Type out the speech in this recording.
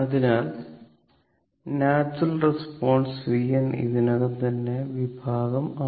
അതിനാൽ natural response Vn ഇതിനകം തന്നെ വിഭാഗം 6